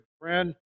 friend